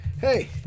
hey